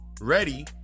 ready